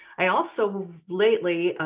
i also lately,